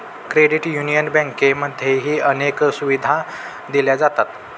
credit union बँकांमध्येही अनेक सुविधा दिल्या जातात